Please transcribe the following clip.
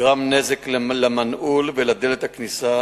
נגרם נזק למנעול ולדלת הכניסה